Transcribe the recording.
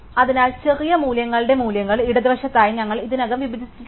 അതിനാൽ ചെറിയ മൂല്യങ്ങളുടെ മൂല്യങ്ങൾ ഇടതുവശത്തായി ഞങ്ങൾ ഇതിനകം വിഭജിച്ചിട്ടുണ്ട്